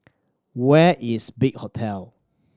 where is Big Hotel